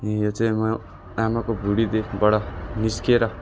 अनि यो चाहिँ म आमाको भुडीदेखि बाट निस्किएर